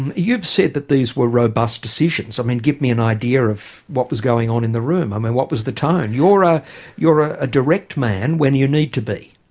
and you've said that these were robust decisions, i mean give me an idea of what was going on in the room, i mean what was the tone? you're ah you're a direct man when you need to be.